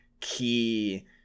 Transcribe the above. key